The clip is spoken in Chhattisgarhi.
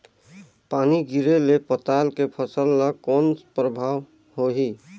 पानी गिरे ले पताल के फसल ल कौन प्रभाव होही?